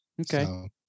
Okay